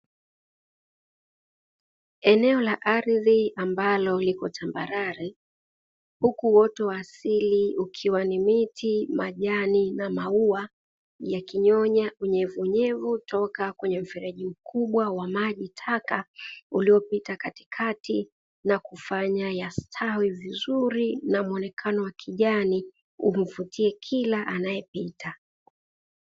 Eneo la ardhi ambalo lipo tambarare huku uoto wa asili ukiwa ni miti, majani na maua yakinyonya unyevunyevu toka kwenye mfereji mkubwa wa maji taka uliopita katikati na kufanya yasitawi vizuri na muonekano wa kijani unaomvutia kila anayepita.